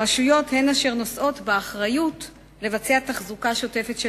הרשויות הן אשר נושאות באחריות לבצע תחזוקה שוטפת של